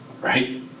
right